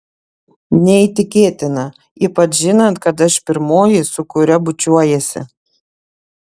neįtikėtina ypač žinant kad aš pirmoji su kuria bučiuojiesi